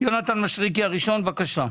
יונתן מישרקי, בבקשה.